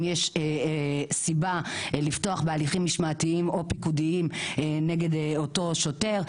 יש סיבה לפתוח בהליכים משמעתיים או פיקודיים נגד אותו שוטר?